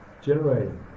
generating